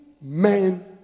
men